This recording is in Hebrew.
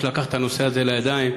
שלקח את הנושא הזה לידיים.